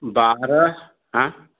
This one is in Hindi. बारह हाँ